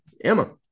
Emma